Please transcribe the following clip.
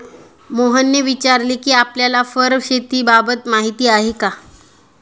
मोहनने विचारले कि आपल्याला फर शेतीबाबत माहीती आहे का?